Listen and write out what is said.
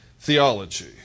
theology